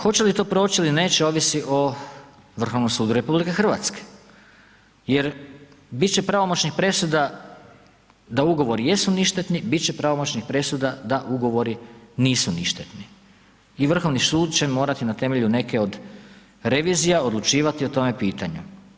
Hoće li to proći ili neće, ovisi o Vrhovnom sudu RH jer bit će pravomoćnih presuda da ugovori jesu ništetni, bit će pravomoćnih presuda da ugovori nisu ništetni i Vrhovni sud će morati na temelju neke od revizija odlučivati o tome pitanju.